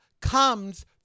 comes